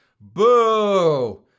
Boo